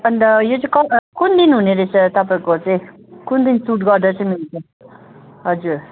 अन्त यो चाहिँ क कुन दिन हुने रहेछ तपाईँको चाहिँ कुन दिन सुट गर्दा चाहिँ मिल्छ हजुर